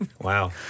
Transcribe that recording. Wow